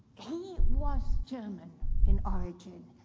he was german in origin,